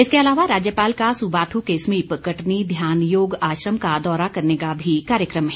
इसके अलावा राज्यपाल का सुबाथु के समीप कटनी ध्यानयोग आश्रम का दौरा करने का भी कार्यक्रम है